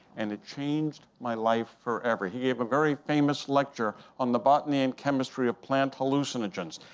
and it changed my life forever. he gave a very famous lecture on the botany and chemistry of plant hallucinogens.